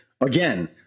again